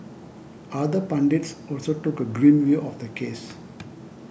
other pundits also took a grim view of the case